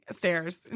stairs